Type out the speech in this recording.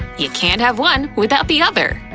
you can't have one without the other!